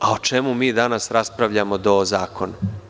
A o čemu mi danas raspravljamo, do o zakonu?